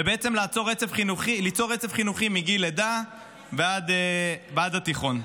ובעצם ליצור רצף חינוכי מגיל לידה ועד התיכון.